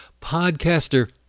podcaster